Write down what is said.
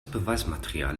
beweismaterial